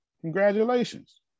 congratulations